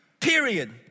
period